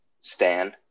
Stan